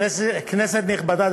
כנסת נכבדה,